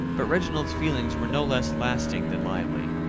but reginald's feelings were no less lasting than lively.